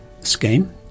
scheme